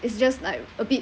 it's just like a bit